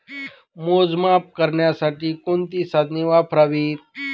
मोजमाप करण्यासाठी कोणती साधने वापरावीत?